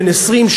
20%,